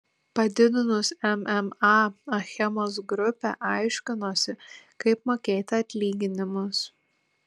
padidinus mma achemos grupė aiškinosi kaip mokėti atlyginimus